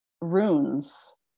runes